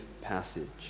passage